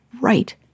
right